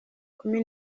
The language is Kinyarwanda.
kumi